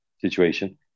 situation